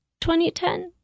2010